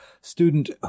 student